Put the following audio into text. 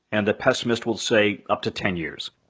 and the pessimists will say up to ten years.